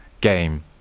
game